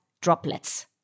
droplets